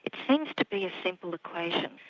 it seems to be a simple equation.